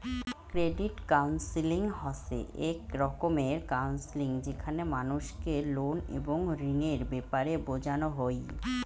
credit counselling হসে এক রকমের কাউন্সেলিং যেখানে মানুষকে লোন এবং ঋণের ব্যাপারে বোঝানো হই